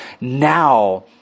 now